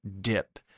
dip